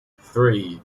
three